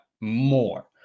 more